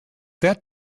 that